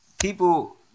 People